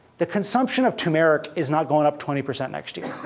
the consumption of turmeric is not going up twenty percent next year,